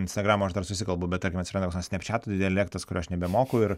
instagramo aš dar susikalbu bet tarkim atsiranda koks nors snepčiato dialektas kurio aš nebemoku ir